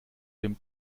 dem